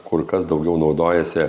kur kas daugiau naudojasi